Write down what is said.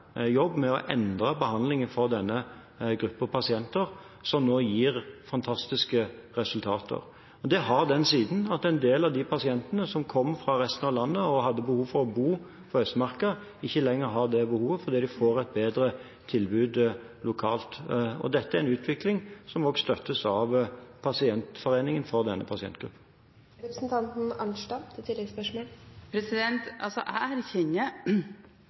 jobb med å endre behandlingen for denne gruppen pasienter, som nå gir fantastiske resultater. Det har den siden at en del av de pasientene som kom fra resten av landet, og hadde behov for å bo på Østmarka, ikke lenger har det behovet, fordi de får et bedre tilbud lokalt. Dette er en utvikling som også støttes av pasientforeningen for denne pasientgruppen.